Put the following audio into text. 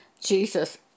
Jesus